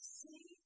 see